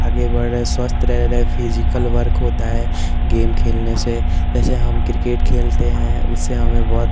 आगे बढ़ रहे स्वस्थ रह रहे फिज़िकल वर्क होता है गेम खेलने से जैसे हम क्रिकेट खेलते हैं उससे हमें बहुत